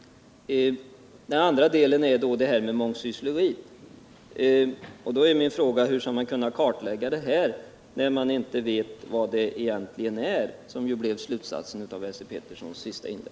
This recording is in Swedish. Det andra problemet som tas upp i det särskilda yttrandet är mångsyssle riet. Min fråga är: Hur skall man kunna kartlägga det när man inte vet vad det - Nr 6 egentligen är? Det blev ju slutsatsen av Esse Peterssons senaste inlägg.